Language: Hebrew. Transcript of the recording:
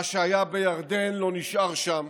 מה שהיה בירדן לא נשאר שם,